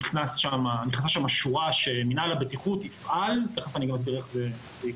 נכנסה שם שורה שמנהל הבטיחות יפעל תכף אני גם אסביר איך זה יקרה